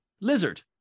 Lizard